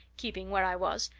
keeping where i was.